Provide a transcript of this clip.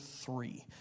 three